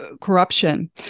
corruption